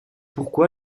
pourquoi